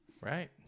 right